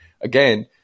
again